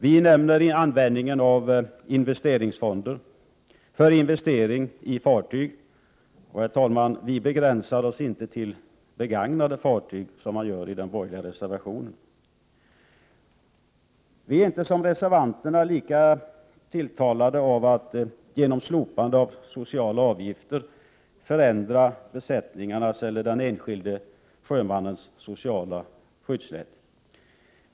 Vi nämner användning av investeringsfonder för investering i fartyg, och, herr talman, vi begränsar oss inte till begagnade fartyg, som man gör i den borgerliga reservationen. Vi är inte lika tilltalade som reservanterna av att genom slopande av sociala avgifter förändra besättningarnas eller den enskilde sjömannens sociala skyddsnät.